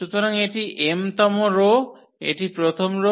সুতরাং এটি m তম রো এটি প্রথম রো